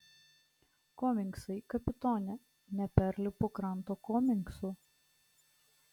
komingsai kapitone neperlipu kranto komingsų